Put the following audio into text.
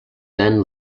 then